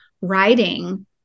writing